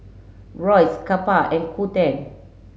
Royce Kappa and Qoo ten